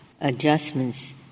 adjustments